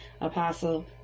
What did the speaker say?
Apostle